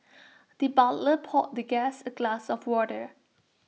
the butler poured the guest A glass of water